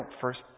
first